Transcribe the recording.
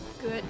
Good